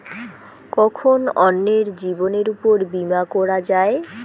কখন অন্যের জীবনের উপর বীমা করা যায়?